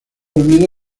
dormido